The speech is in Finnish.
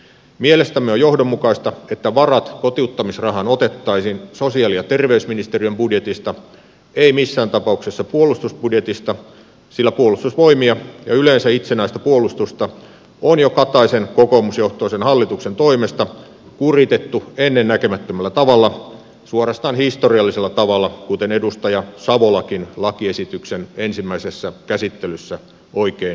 mielestämme on johdonmukaista että varat kotiuttamisrahaan otettaisiin sosiaali ja terveysministeriön budjetista ei missään tapauksessa puolustusbudjetista sillä puolustusvoimia ja yleensä itsenäistä puolustusta on jo kataisen kokoomusjohtoisen hallituksen toimesta kuritettu ennennäkemättömällä tavalla suorastaan historiallisella tavalla kuten edustaja savolakin lakiesityksen ensimmäisessä käsittelyssä oikein totesi